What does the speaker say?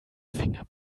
finger